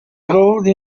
rode